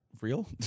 real